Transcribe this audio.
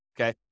Okay